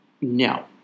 No